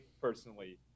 personally